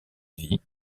vie